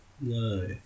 No